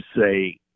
say